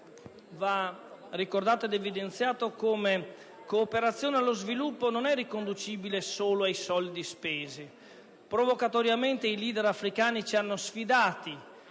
va ricordato ed evidenziato come la cooperazione allo sviluppo non è riconducibile solo ai soldi spesi: provocatoriamente, i *leader* africani ci hanno sfidati,